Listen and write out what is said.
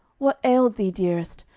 what ailed thee, dearest?